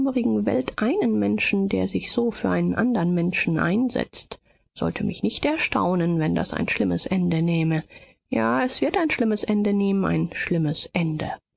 welt einen menschen der sich so für einen andern menschen einsetzt sollte mich nicht erstaunen wenn das ein schlimmes ende nähme ja es wird ein schlimmes ende nehmen ein schlimmes ende